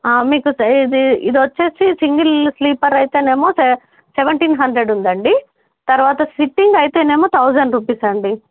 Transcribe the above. మీకు స ఇది ఇది వచ్చేసి సింగిల్ స్లీపర్ అయితేనేమో సెవెంటీన్ హండ్రెడ్ ఉందండి తర్వాత సిట్టింగ్ అయితేనేమో థౌజండ్ రూపీస్ అండి